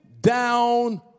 down